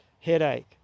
headache